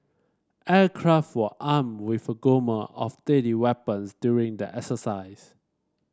aircraft were armed with a gamut of deadly weapons during the exercise